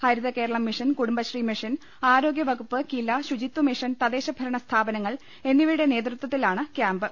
ഹരിത Keralam mission Kudumbashree mission ആരോഗ്യ്പകുപ്പ് കില ശുചിത്വമിഷൻ തദ്ദേശഭരണ സ്ഥാപനങ്ങൾ എന്നിവയുടെ നേതൃത്വത്തിലാണ് കൃാമ്പ്